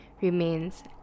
remains